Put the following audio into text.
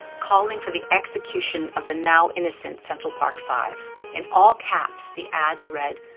calling for the execution of the now innocent central park five. in all caps, the ads read,